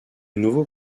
nouveau